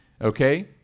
Okay